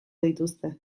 dituzte